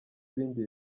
ibindi